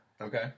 Okay